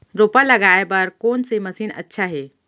रोपा लगाय बर कोन से मशीन अच्छा हे?